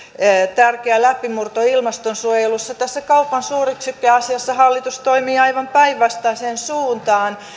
tärkeä läpimurto ilmastonsuojelussa tässä kaupan suuryksikköasiassa hallitus toimii aivan päinvastaiseen suuntaan